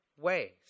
ways